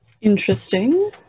Interesting